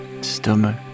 stomach